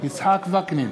יצחק וקנין,